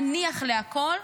נניח לכול,